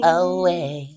away